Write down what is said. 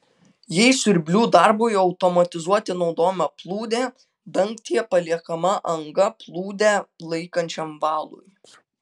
jei siurblių darbui automatizuoti naudojama plūdė dangtyje paliekama anga plūdę laikančiam valui